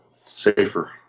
safer